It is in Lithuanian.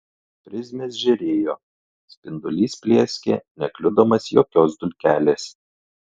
prizmės žėrėjo spindulys plieskė nekliudomas jokios dulkelės